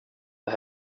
det